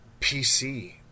PC